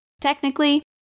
Technically